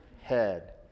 head